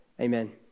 Amen